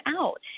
out